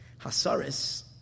Hasaris